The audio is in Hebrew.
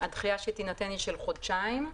הדחייה שתינתן היא של חודשיים,